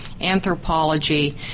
anthropology